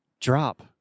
drop